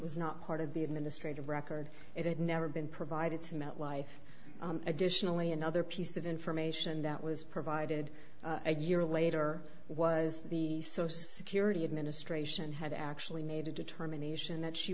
was not part of the administrative record it had never been provided to metlife additionally another piece of information that was provided a year later was the source security administration had actually made a determination that she